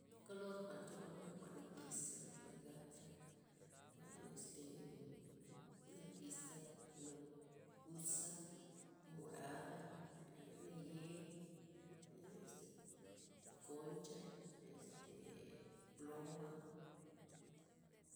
Kolor jwa'n ncholon nak jwa'n nekisa, jwa'n nagata, jwa'n este emmm- jwa'n nakisa nak nagusa, morada', ee nayei, este ko- koncha este ploma'.